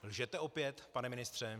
Lžete opět, pane ministře?